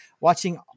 watching